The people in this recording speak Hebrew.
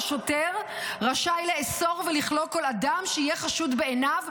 שוטר רשאי לאסור ולכלוא כל אדם שיהיה חשוד בעיניו,